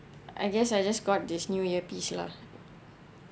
I guess I just got this new earpiece lah